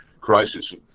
crisis